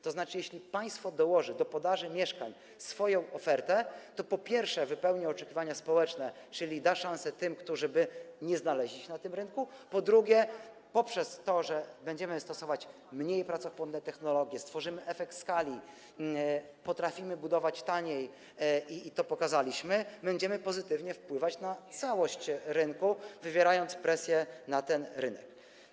To znaczy, jeśli państwo dołoży do podaży mieszkań swoją ofertę, to, po pierwsze, wypełni oczekiwania społeczne, czyli da szansę tym, którzy by nie znaleźli się na tym rynku, po drugie, poprzez to, że będziemy stosować mniej pracochłonne technologie, stworzymy efekt skali, potrafimy budować taniej i to pokazaliśmy, będziemy pozytywnie wpływać na całość rynku, wywierając presję na ten rynek.